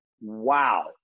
wow